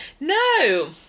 No